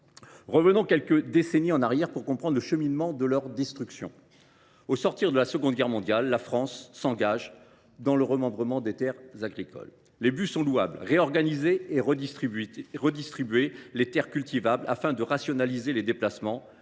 Revenons quelques décennies en arrière pour comprendre ce qui a conduit à leur destruction. Au sortir de la Seconde Guerre mondiale, la France s’engage dans le remembrement de ses terres agricoles. Le but est louable : réorganiser et redistribuer les terres cultivables, afin de rationaliser les déplacements